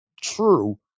true